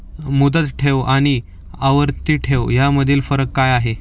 मुदत ठेव आणि आवर्ती ठेव यामधील फरक काय आहे?